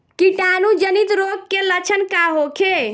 कीटाणु जनित रोग के लक्षण का होखे?